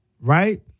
right